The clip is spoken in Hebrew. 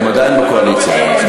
מותר בקואליציה.